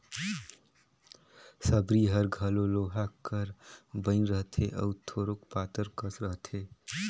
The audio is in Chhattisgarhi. सबरी हर घलो लोहा कर बइन रहथे अउ थोरोक पातर कस रहथे